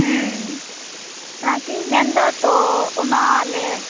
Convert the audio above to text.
ᱚᱱᱟᱜᱮᱧ ᱢᱮᱱᱫᱟ ᱛᱚ ᱚᱱᱟ ᱞᱮ